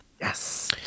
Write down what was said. Yes